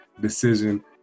decision